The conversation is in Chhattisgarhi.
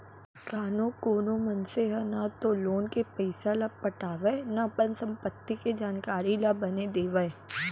कानो कोनो मनसे ह न तो लोन के पइसा ल पटावय न अपन संपत्ति के जानकारी ल बने देवय